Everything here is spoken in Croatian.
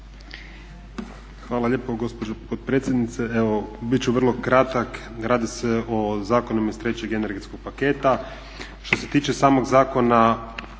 Hvala lijepo gospođo potredsjednice. Evo bit ću vrlo kratak. Radi se o zakonima iz trećeg energetskog paketa. Što se tiče samog Zakona